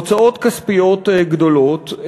הוצאות כספיות גדולות.